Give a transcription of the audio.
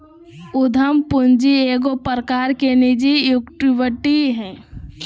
उद्यम पूंजी एगो प्रकार की निजी इक्विटी हइ